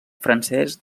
francès